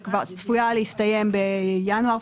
צפויה להסתיים בינואר,